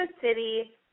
city